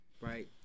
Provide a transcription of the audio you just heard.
right